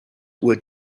were